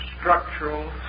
structural